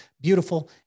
beautiful